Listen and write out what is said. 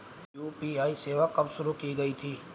UPI सेवा कब शुरू की गई थी?